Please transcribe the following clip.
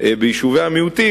ביישובי המיעוטים,